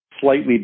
slightly